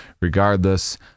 Regardless